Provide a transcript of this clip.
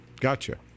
Gotcha